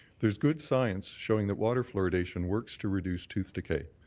there is good science showing that water fluoridation works to reduce tooth decay.